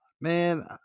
man